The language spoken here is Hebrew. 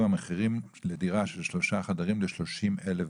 המחירים לדירה של שלושה חדרים ל-30,000 דולר.